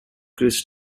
chris